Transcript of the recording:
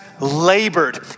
labored